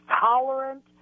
tolerant